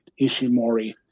Ishimori